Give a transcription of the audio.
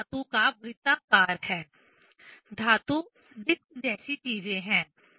एक धातु का वृत्ताकार है धातु डिस्क जैसी चीजें हैं